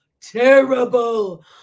terrible